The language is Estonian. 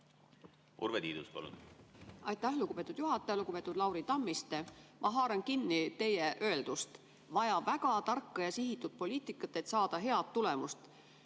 Urve Tiidus, palun! Aitäh, lugupeetud juhataja! Lugupeetud Lauri Tammiste! Ma haaran kinni teie öeldust: vaja on väga tarka ja sihitud poliitikat, et saada head tulemust,